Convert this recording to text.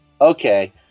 okay